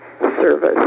service